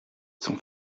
son